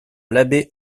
l’abbé